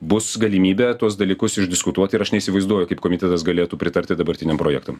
bus galimybė tuos dalykus išdiskutuot ir aš neįsivaizduoju kaip komitetas galėtų pritarti dabartiniam projektam